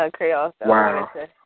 Wow